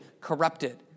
corrupted